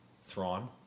Thrawn